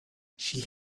she